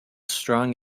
strong